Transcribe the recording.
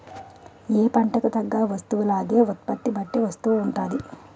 ఏ పంటకు తగ్గ వస్తువునాగే ఉత్పత్తి బట్టి వస్తువు ఉంటాది